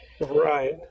Right